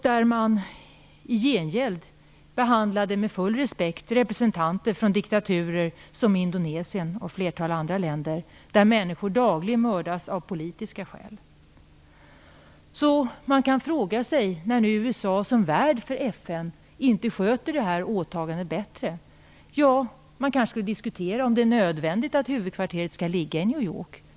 I gengäld behandlade man med full respekt representanter från diktaturer som Indonesien och ett flertal andra länder där människor dagligen mördas av politiska skäl. Man kan fråga sig, när nu USA som värd för FN inte sköter det här åtagandet bättre, om man kanske skulle diskutera om det är nödvändigt att huvudkvarteret skall ligga i New York.